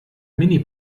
mini